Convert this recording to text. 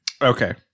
Okay